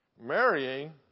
marrying